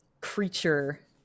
creature